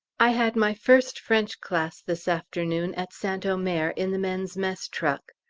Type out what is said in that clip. i had my first french class this afternoon at st omer, in the men's mess truck.